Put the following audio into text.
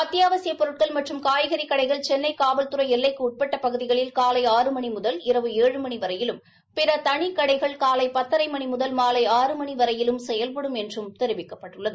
அத்தியாவசியப் பொருட்கள் மற்றும் காய்கறி கடைகள் சென்னை காவல்துறை எல்லைக்கு உட்பட்ட பகுதிகளில் காலை ஆறு முணி முதல் இரவு எழு மணி வரையிலும் பிற தளி கடைகள் காலை பத்தரை மணி முதல் மாலை ஆறு மணி வரையிலும் செயல்படும் என்றும் தெரிவிக்கப்பட்டுள்ளது